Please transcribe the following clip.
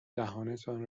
دهانتان